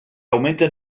augmenten